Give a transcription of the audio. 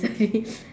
sorry